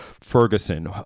Ferguson